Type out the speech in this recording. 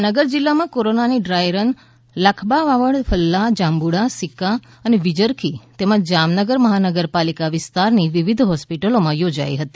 જામનગર જિલ્લામાં કોરોનાની dry run Lakhabaval Falla Jabunda Sikka અને વિજરખી તેમજ જામનગર મહાનગરપાલિકા વિસ્તારની વિવિધ હોસ્પિટલમાં યોજાઇ હતી